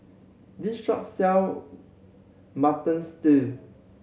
this shop sell Mutton Stew